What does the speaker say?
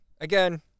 Again